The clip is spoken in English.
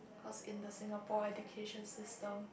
how's in the Singapore education system